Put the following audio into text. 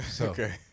Okay